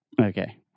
Okay